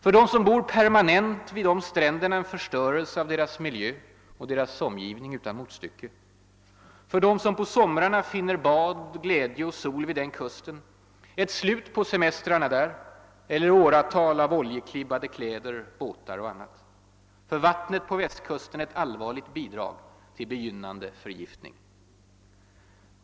För dem som bor permanent vid de stränderna en förstörelse av deras miljö och omgivning utan motstycke. För dem som på somrarna finner bad, glädje och sol vid den kusten ett slut på semestrarna där eller åratal av oljeklibbade kläder, båtar och annat. För vattnet på Västkusten ett allvarligt bidrag till be gynnande förgiftning.